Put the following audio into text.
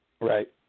Right